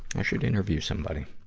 i should interview somebody.